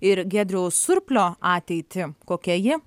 ir giedriaus surplio ateitį kokia ji